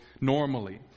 normally